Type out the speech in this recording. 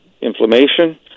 inflammation